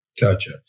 Gotcha